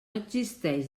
existeix